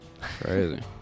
Crazy